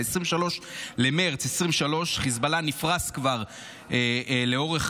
ב-23 במרץ 2023 חיזבאללה כבר נפרס לאורך